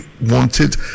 wanted